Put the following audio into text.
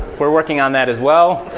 we're working on that as well.